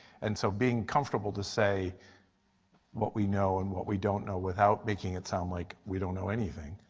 and so being comfortable to say what we know and what we don't know without making it sound like we don't know anything.